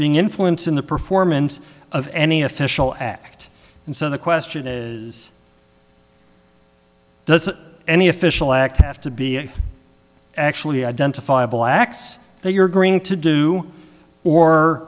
being influenced in the performance of any official act and so the question is does any official act have to be actually identifiable acts that you're going to do or